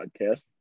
podcast